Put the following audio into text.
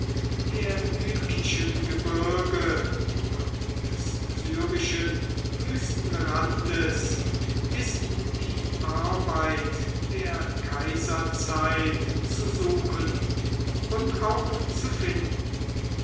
der lykischen gebirge und des syrischen wüstenrandes ist die arbeit der kaiserzeit zu suchen und auch zu finden